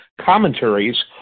commentaries